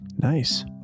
Nice